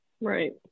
Right